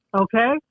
Okay